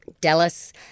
Dallas